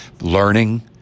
Learning